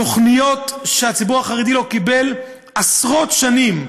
תוכניות שהציבור החרדי לא קיבל עשרות שנים,